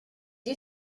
you